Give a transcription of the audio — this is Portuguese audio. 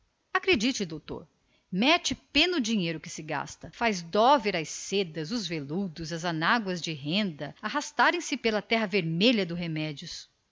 meu doutor mete pena o dinheirão que se gasta naquela festa faz dó ver as sedas os veludos as anáguas de renda arrastarem se pela terra vermelha dos remédios